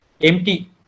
empty